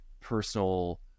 personal